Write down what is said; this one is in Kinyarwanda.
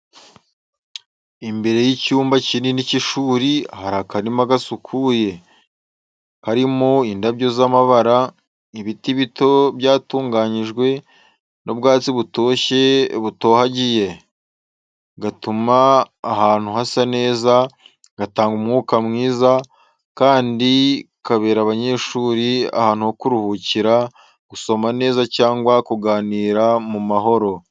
Imbere y’icyumba kinini cy’ishuri hari akarima gasukuye, karimo indabyo z’amabara, ibiti bito byatunganyijwe, n’ubwatsi butoshye butohagiye. Gatuma ahantu hasa neza, gatanga umwuka mwiza, kandi kabera abanyeshuri ahantu ho kuruhukira, gusoma neza cyangwa kuganira mu mahoro.